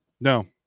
No